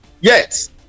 Yes